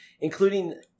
including